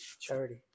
charity